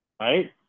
Right